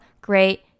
great